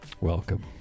Welcome